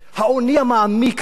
העוני המעמיק הזה,